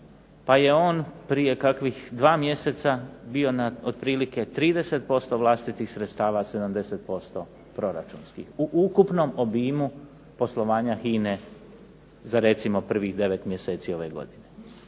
pa je on prije kakvih dva mjeseca bio na otprilike 30% vlastitih sredstava, 70% proračunskih, u ukupnom obijmu poslovanja HINA-e za recimo prvih 9 mjeseci ove godine.